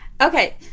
Okay